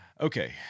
okay